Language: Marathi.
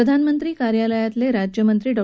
प्रधानमंत्री कार्यालयातील राज्यमंत्री डॉ